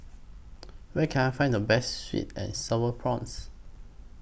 Where Can I Find The Best Sweet and Sour Prawns